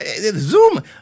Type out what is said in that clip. Zoom